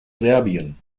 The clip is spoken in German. serbien